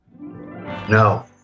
No